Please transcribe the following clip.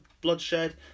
bloodshed